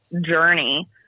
journey